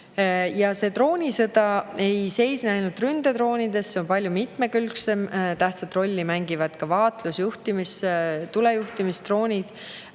Ja see droonisõda ei seisne ainult ründedroonides, see on palju mitmekülgsem. Tähtsat rolli mängivad ka vaatlus- ja tulejuhtimisdroonid,